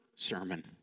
sermon